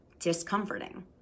discomforting